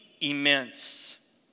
immense